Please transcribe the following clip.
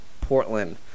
Portland